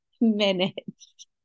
minutes